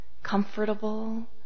comfortable